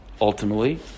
ultimately